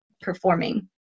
performing